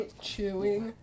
chewing